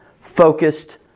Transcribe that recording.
focused